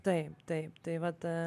taip taip tai vat a